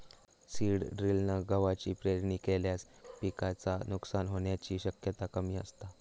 seed ड्रिलना गवाची पेरणी केल्यास पिकाचा नुकसान होण्याची शक्यता कमी असता